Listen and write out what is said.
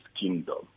kingdom